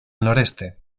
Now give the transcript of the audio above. noreste